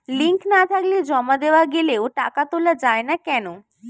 Link না থাকলে জমা দেওয়া গেলেও টাকা তোলা য়ায় না কেন?